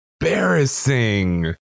embarrassing